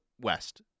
West